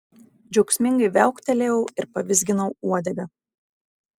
džiaugsmingai viauktelėjau ir pavizginau uodegą